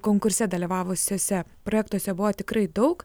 konkurse dalyvavusiuose projektuose buvo tikrai daug